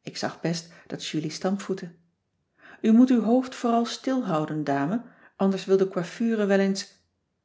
ik zag best dat julie stampvoette u moet uw hoofd vooral stilhouden dame anders wil de coiffure wel eens